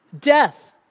death